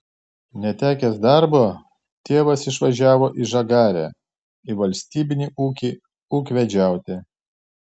netekęs darbo tėvas išvažiavo į žagarę į valstybinį ūkį ūkvedžiauti